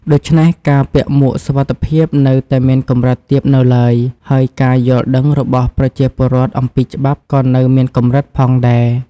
ដូច្នេះ ការពាក់មួកសុវត្ថិភាពនៅតែមានកម្រិតទាបនៅឡើយ ហើយការយល់ដឹងរបស់ប្រជាពលរដ្ឋអំពីច្បាប់ក៏នៅមានកម្រិតផងដែរ។